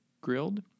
grilled